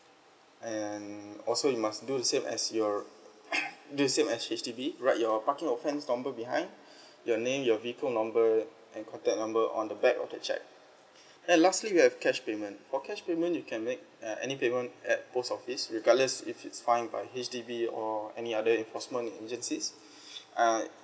and also you must do the same as your the same as H_D_B write your parking offence number behind your name your vehicle number and contact number on the back of the cheque and lastly you have cash payment for cash payment you can make uh any payment at post office regardless if it's fined by H_D_B or any other enforcement agencies uh